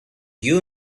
you